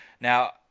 now